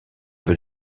peu